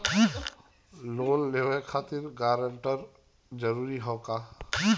Loan लेवब खातिर guarantor जरूरी हाउ का?